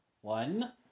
one